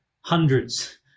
hundreds